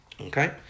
Okay